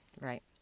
Right